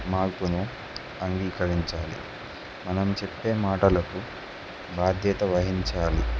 మార్పును అంగీకరించాలి మనం చెప్పే మాటలకు బాధ్యత వహించాలి